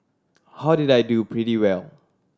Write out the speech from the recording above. how did I do pretty well